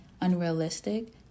unrealistic